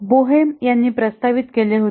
Boheme यांनी प्रस्तावित केले होते